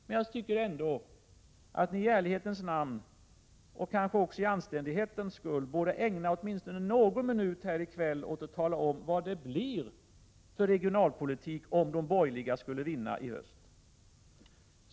Men jag tycker ändå att ni i ärlighetens namn, och kanske också för anständighetens skull, borde ägna åtminstone någon minut i kväll åt att tala om vilken regionalpolitik som kommer att föras om de borgerliga partierna skulle vinna valet i höst.